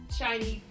shiny